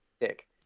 Dick